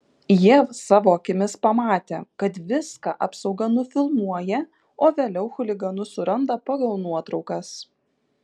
jie savo akimis pamatė kad viską apsauga nufilmuoja o vėliau chuliganus suranda pagal nuotraukas